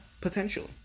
Potentially